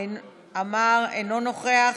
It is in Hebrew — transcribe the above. אינו נוכח,